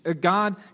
God